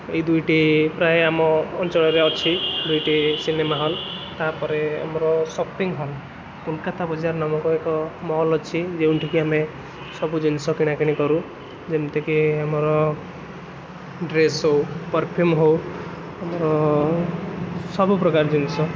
ଏଇ ଦୁଇଟି ପ୍ରାୟେ ଆମ ଅଞ୍ଚଳରେ ଅଛି ଦୁଇଟି ସିନେମା ହଲ ତାପରେ ଆମର ସପିଙ୍ଗ ମଲ କୋଲକାତା ବଜାର ନାମକ ଏକ ମଲ ଅଛି ଯେଉଁଠିକି ଆମେ ସବୁ ଜିନିଷ କିଣାକିଣି କରୁ ଯେମିତିକି ଆମର ଡ୍ରେସ୍ ହଉ ପରଫ୍ୟୁମ୍ ହଉ ଆମର ସବୁପ୍ରକାର ଜିନିଷ